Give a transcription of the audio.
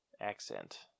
accent